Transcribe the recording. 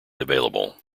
available